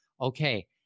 Okay